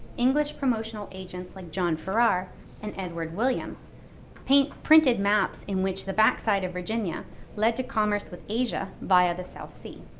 english promotional agents like john ferrar and edward williams printed maps in which the backside of virginia led to commerce with asia via the south sea.